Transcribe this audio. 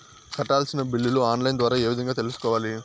కట్టాల్సిన బిల్లులు online ద్వారా ఏ విధంగా తెలుసుకోవాలి?